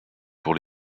pour